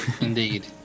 Indeed